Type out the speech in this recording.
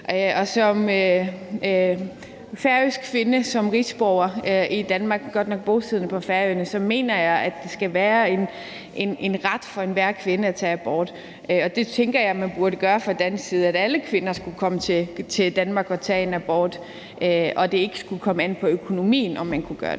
som færøsk kvinde, som rigsfællesskabsborger i Danmark, godt nok bosiddende på Færøerne, mener jeg, at det skal være en ret for enhver kvinde at få en abort, og det tænker jeg at man fra dansk side burde gøre, altså at alle kvinder skulle kunne komme til Danmark og få en abort, og at det ikke skulle komme an på økonomien, om man kunne gøre det.